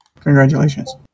Congratulations